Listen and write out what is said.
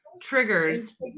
triggers